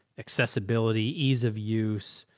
accessibility, ease of use.